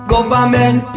Government